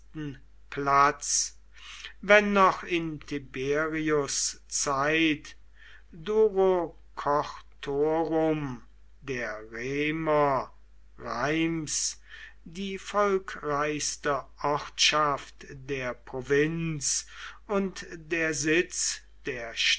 platz wenn noch in tiberius zeit durocortorum der remer reims die volkreichste ortschaft der provinz und der sitz der